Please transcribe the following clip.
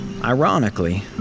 Ironically